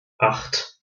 acht